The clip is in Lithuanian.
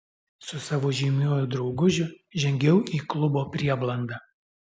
su savo žymiuoju draugužiu žengiau į klubo prieblandą